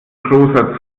großer